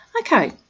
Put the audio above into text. okay